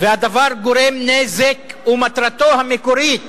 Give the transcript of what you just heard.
והדבר גורם נזק, ומטרתו המקורית